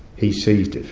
he seized